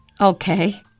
Okay